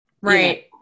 Right